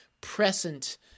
present